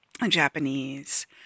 Japanese